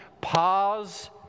pause